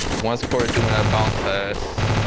once cory threw me that bounce pass,